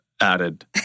Added